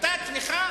היתה תמיכה